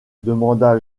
demanda